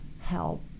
help